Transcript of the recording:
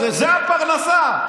זו הפרנסה.